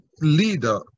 leader